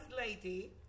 lady